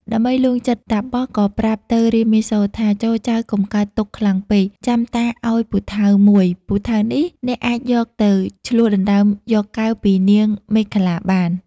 ដើម្បីលួងចិត្តតាបសក៏ប្រាប់ទៅរាមាសូរថា ចូរចៅកុំកើតទុក្ខខ្លាំងពេក ចាំតាឱ្យពូថៅមួយ ពូថៅនេះអ្នកអាចយកទៅ ឈ្លោះដណ្តើមយកកែវពីនាងមេខលាបាន។